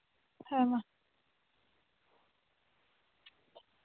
ᱦᱮᱸ ᱢᱟ